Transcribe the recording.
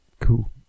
Cool